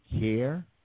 care